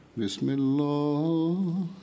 Bismillah